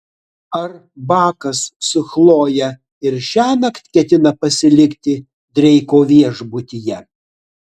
ar bakas su chloje ir šiąnakt ketina pasilikti dreiko viešbutyje